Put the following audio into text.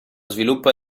sviluppo